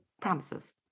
promises